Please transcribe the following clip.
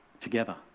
together